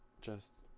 just